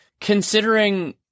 considering